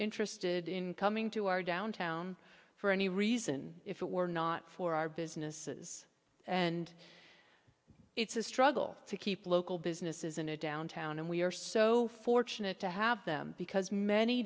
interested in coming to our downtown for any reason if it were not for our businesses and it's a struggle to keep local businesses in a downtown and we are so fortunate to have them because many